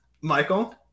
Michael